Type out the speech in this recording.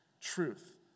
Truth